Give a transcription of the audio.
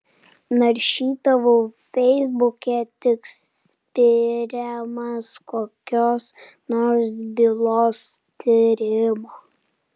naršydavau feisbuke tik spiriamas kokios nors bylos tyrimo